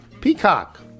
Peacock